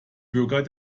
bürger